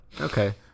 Okay